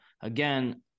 again